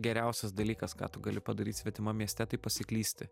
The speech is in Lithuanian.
geriausias dalykas ką tu gali padaryt svetimam mieste tai pasiklysti